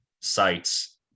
sites